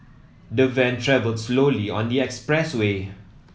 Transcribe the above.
the van travelled slowly on the expressway